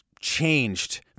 changed